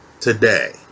today